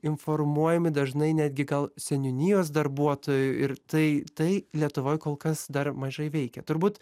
informuojami dažnai netgi gal seniūnijos darbuotojų ir tai tai lietuvoj kol kas dar mažai veikia turbūt